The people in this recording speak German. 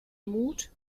mut